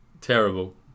terrible